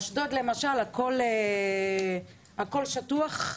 אשדוד, למשל הכול שטוח,